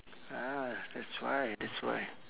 ah that's why that's why